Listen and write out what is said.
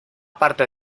parte